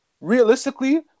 Realistically